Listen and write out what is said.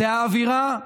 זו האווירה,